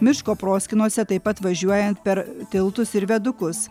miško proskynose taip pat važiuojant per tiltus ir viadukus